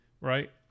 right